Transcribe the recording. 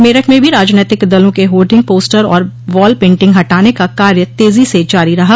मेरठ में भी राजनैतिक दलों के होर्डिंग पोस्टर और वॉल पेंटिंग हटाने का कार्य तेजी से जारी रहा